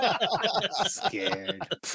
Scared